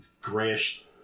grayish